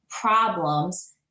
problems